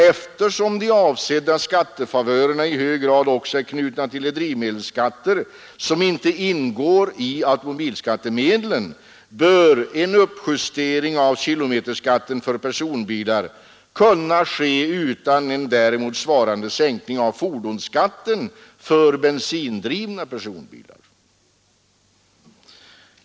Eftersom de avsedda skattefavörerna i hög grad också är knutna till de drivmedelsskatter som inte ingår i automobilskattemedlen, bör en uppjustering av kilometerskatten för personbilar kunna ske utan en däremot svarande sänkning av fordonsskatten för bensindrivna personbilar.